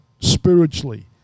spiritually